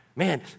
man